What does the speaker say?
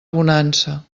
bonança